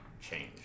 change